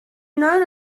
known